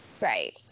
right